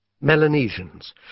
Melanesians